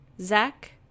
Zach